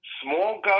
Small